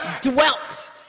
dwelt